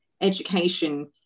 education